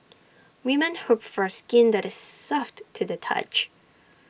women hope for skin that is soft to the touch